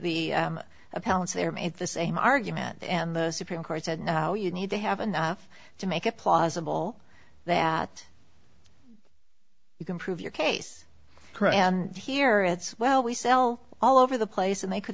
appellant's there at the same argument and the supreme court said no you need to have enough to make it plausible that you can prove your case and here it's well we sell all over the place and they could